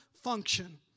function